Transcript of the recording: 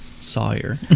Sawyer